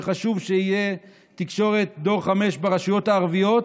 וחשוב שתהיה תקשורת דור 5 ברשויות הערביות,